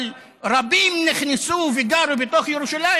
רבים נכנסו וגרו בתוך ירושלים,